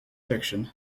fiction